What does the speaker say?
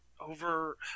over